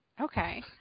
Okay